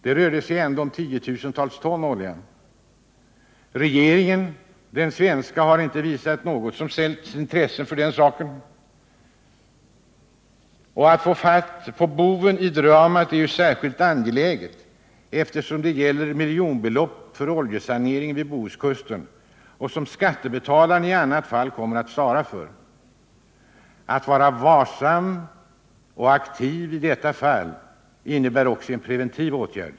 Det rörde sig ändå om tiotusentals ton olja. Den svenska regeringen har inte visat sig särskilt intresserad för den saken. Att få fatt på boven i dramat är ju särskilt angeläget som det gäller miljonbelopp för oljesaneringen vid Bohuskusten, vilka skattebetalarna i annat fall kan komma att få svara för. Att vara vaksam och aktiv i detta fall är en preventiv åtgärd.